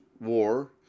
war